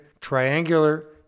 triangular